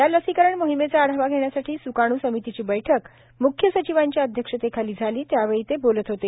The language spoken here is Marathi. या लसीकरण मोहिमेचा आढावा घेण्यासाठी स्काणू समितीची बैठक म्ख्य सचिवांच्या अध्यक्षतेखाली झाली त्यावेळी ते बोलत होते